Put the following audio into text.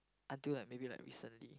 until like maybe like recently